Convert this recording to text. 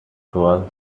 twelve